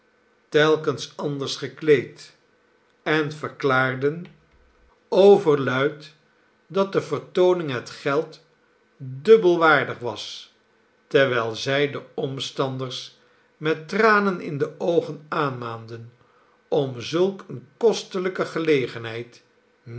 telkens anders gekleed en verklaarden overluid dat de vertooning het geld dubbelwaardig was terwijl zij de omstanders met tranen in de oogen aanmaanden om zulk eene kostelijke gelegenheid